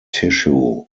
tissue